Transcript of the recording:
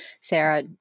Sarah